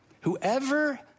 Whoever